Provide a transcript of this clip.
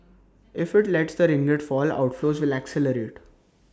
if IT lets the ringgit fall outflows will accelerate